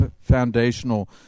foundational